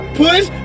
push